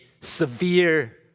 severe